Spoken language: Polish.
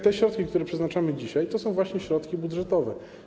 Te środki, które przeznaczamy dzisiaj, to są właśnie środki budżetowe.